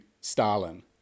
Stalin